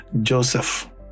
Joseph